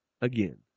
again